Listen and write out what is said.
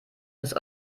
das